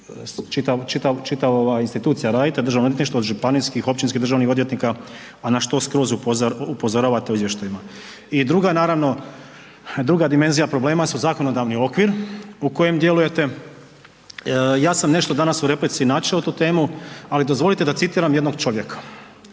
čitava institucija radite, Državno odvjetništvo od županijskih, općinskih državnih odvjetnika, a na što skroz upozoravate u izvještajima. I druga dimenzija problema su zakonodavni okvir u kojem djelujete. Ja sam nešto danas u replici načeo tu temu, ali dozvolite da citiram jednog čovjeka.